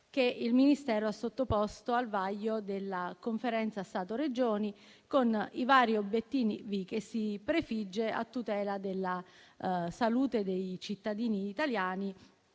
che il Ministero ha sottoposto al vaglio della Conferenza Stato-Regioni, con i vari obiettivi che si prefigge a tutela della salute dei cittadini italiani